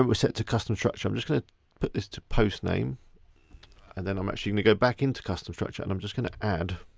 set to custom structure. i'm just gonna put this to post name and then i'm actually gonna go back into custom structure and i'm just gonna add